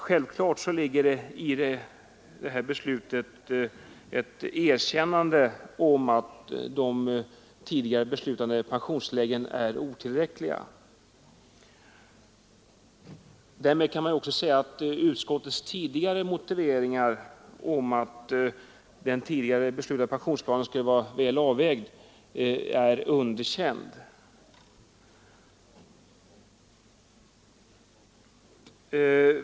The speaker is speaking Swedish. Naturligtvis ligger häri ett erkännande av att nu utgående pensionstillägg är otillräckliga. Därmed är också utskottets tidigare motiveringar om ”väl avvägda” pensionstillskott underkända.